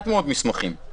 אני